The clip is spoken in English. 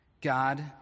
God